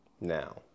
now